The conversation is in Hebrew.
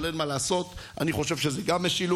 אבל אין מה לעשות: אני חושב שזו גם משילות.